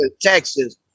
Texas